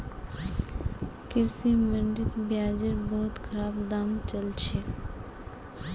कृषि मंडीत प्याजेर बहुत खराब दाम चल छेक